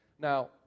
Now